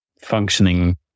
functioning